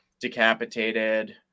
decapitated